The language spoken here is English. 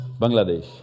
Bangladesh